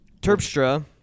Terpstra